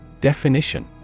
Definition